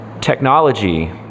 technology